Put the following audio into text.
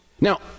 Now